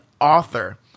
author